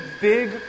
big